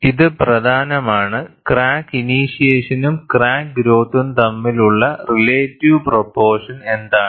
ഇത് പ്രധാനമാണ് ക്രാക്ക് ഇനീഷ്യേഷനും ക്രാക്ക് ഗ്രോത്തും തമ്മിൽ ഉള്ള റിലേറ്റീവ് പ്രൊപോർഷൻ എന്താണ്